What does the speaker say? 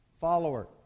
follower